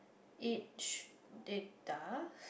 each data